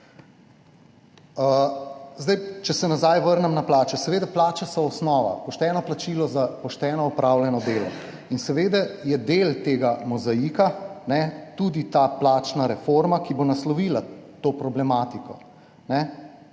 Če se vrnem nazaj na plače. Seveda, plače so osnova, pošteno plačilo za pošteno opravljeno delo. Del tega mozaika je tudi ta plačna reforma, ki bo naslovila to problematiko,